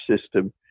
system